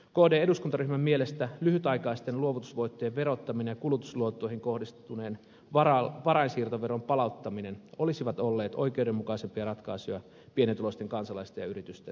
kdn eduskuntaryhmän mielestä lyhytaikaisten luovutusvoittojen verottaminen ja kulutusluottoihin kohdistuneen varainsiirtoveron palauttaminen olisivat olleet oikeudenmukaisempia ratkaisuja pienituloisen kansalaisen ja yritysten näkökulmasta